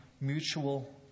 mutual